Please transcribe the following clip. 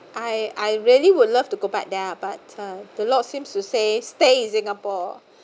I I really would love to go back there but uh the lord seems to say stay in singapore